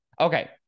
Okay